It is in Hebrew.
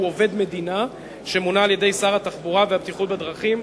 שהוא עובד המדינה שמונה על-ידי שר התחבורה והבטיחות בדרכים,